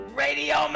radio